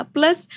Plus